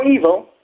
evil